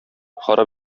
харап